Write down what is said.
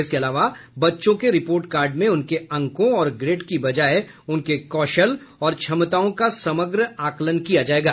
इसके अलावा बच्चों के रिपोर्ट कार्ड में उनके अंकों और ग्रेड की बजाय उनके कौशल और क्षमताओं का समग्र आकलन किया जायेगा